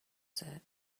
said